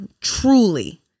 truly